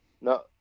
No